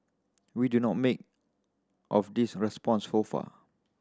we do not make of these responses so far